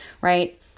right